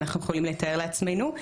אנחנו יכולים לתאר לעצמנו.